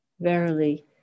verily